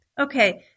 Okay